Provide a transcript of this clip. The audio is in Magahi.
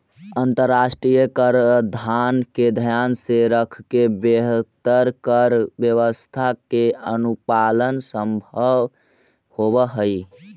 अंतरराष्ट्रीय कराधान के ध्यान में रखके बेहतर कर व्यवस्था के अनुपालन संभव होवऽ हई